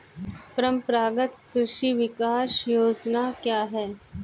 परंपरागत कृषि विकास योजना क्या है?